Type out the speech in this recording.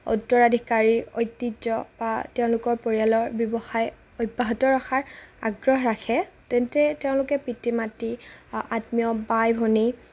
উত্তৰাধিকাৰী ঐতিহ্য বা তেওঁলোকৰ পৰিয়ালৰ ব্যৱসায় অব্যাহত ৰখাৰ আগ্ৰহ ৰাখে তেন্তে তেওঁলোকে পিতৃ মাতৃ আত্মীয় বাই ভনী